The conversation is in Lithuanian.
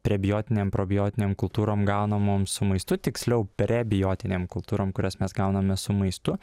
prebiotinėm probiotinėm kultūrom gaunamom su maistu tiksliau prebiotinėm kultūrom kurias mes gauname su maistu